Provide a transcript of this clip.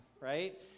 right